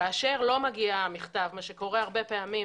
כאשר לא מגיע המכתב - מה שקורה הרבה פעמים,